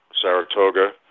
Saratoga